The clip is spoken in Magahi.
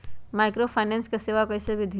माइक्रोफाइनेंस के सेवा कइसे विधि?